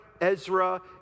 ezra